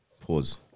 Pause